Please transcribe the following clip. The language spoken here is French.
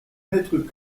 mètres